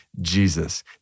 Jesus